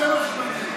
זה מה שמעניין אתכם.